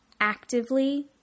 actively